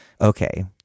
Okay